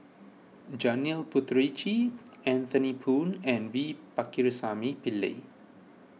Janil Puthucheary Anthony Poon and V Pakirisamy Pillai